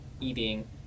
eating